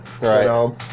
Right